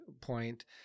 point